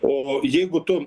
o jeigu tu